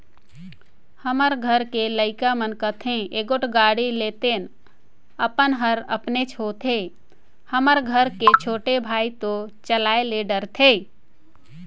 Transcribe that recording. हमर घर के लइका मन कथें एगोट गाड़ी लेतेन अपन हर अपनेच होथे हमर घर के छोटे भाई तो चलाये ले डरथे